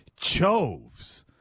Chove's